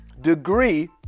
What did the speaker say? degree